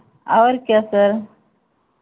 और क्या सर